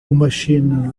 machine